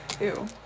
Ew